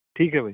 ਠੀਕ ਹੈ ਬਾਈ